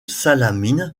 salamine